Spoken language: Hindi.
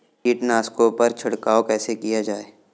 कीटनाशकों पर छिड़काव कैसे किया जाए?